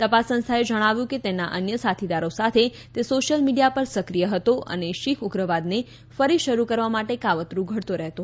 તપાસ સંસ્થાએ જણાવ્યું કે તેના અન્ય સાથીદારો સાથે તે સોશ્યલ મીડિયા પર સક્રિય હતો અને શીખ ઉગ્રવાદને ફરી શરૂ કરવા માટે કાવતરૂ ઘડતો રહેતો હતો